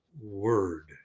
word